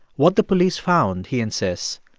what the police found, he insists,